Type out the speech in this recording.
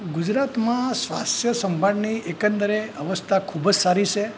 ગુજરાતમાં સ્વાસ્થ્ય સંભાળની એકંદરે અવસ્થા ખૂબ જ સારી છે